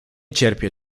cierpię